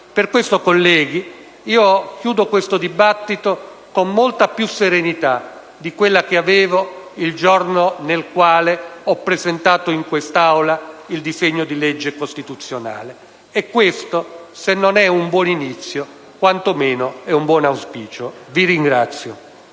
Per questo, colleghi, chiudo il dibattito con molta più serenità di quella che avevo il giorno in cui ho presentato in quest'Aula il disegno di legge costituzionale. Se non è un buon inizio, quantomeno è un buon auspicio. *(Applausi